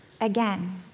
again